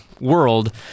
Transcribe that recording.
world